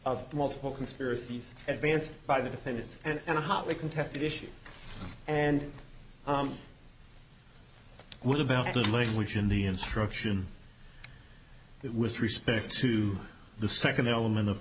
of multiple conspiracies advanced by the defendants and a hotly contested issue and what about the language in the instruction with respect to the second element of